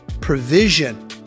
provision